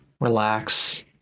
relax